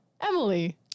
Emily